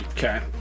okay